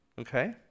Okay